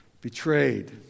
betrayed